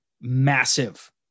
massive